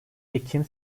ekim